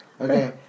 Okay